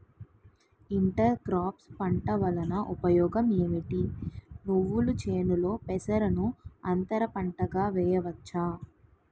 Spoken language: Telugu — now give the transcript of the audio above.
ఇంటర్ క్రోఫ్స్ పంట వలన ఉపయోగం ఏమిటి? నువ్వుల చేనులో పెసరను అంతర పంటగా వేయవచ్చా?